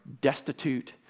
destitute